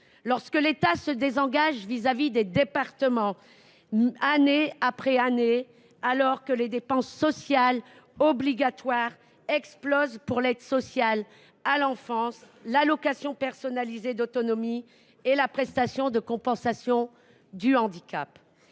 lorsque l’État se désengage au détriment des départements, année après année, alors que les dépenses sociales obligatoires explosent pour l’aide sociale à l’enfance, l’allocation personnalisée d’autonomie et la prestation de compensation du handicap.